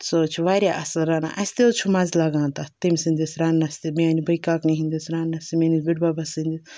سُہ حظ چھِ واریاہ اَصٕل رَنان اَسہِ تہِ حظ چھُ مَزٕ لگان تَتھ تٔمۍ سٕںٛدِس رَننَس تہِ میٛانہِ بٔےکاکنہِ ہِنٛدِس رَننَس میٛٲنِس بٔڈِ بَبَس سٕنٛدِس